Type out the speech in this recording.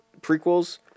prequels